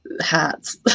hats